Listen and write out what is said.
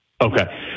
Okay